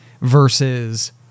versus